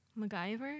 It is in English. MacGyver